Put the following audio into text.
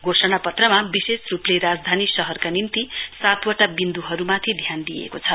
घोषणापत्रमा विशेष रुपले राजधानी शहरका निम्ति सातवटा विन्दुहरुमाथि ध्यान दिइएको छ